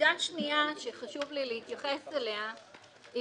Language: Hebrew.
נקודה שנייה שחשוב לי להתייחס אליה היא